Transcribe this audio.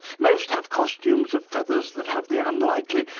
most have costumes of feathers that have the unlikely,